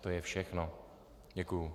To je všechno, děkuji.